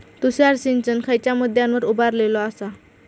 तुषार सिंचन खयच्या मुद्द्यांवर उभारलेलो आसा?